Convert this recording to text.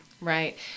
Right